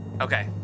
Okay